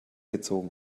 gezogen